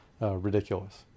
ridiculous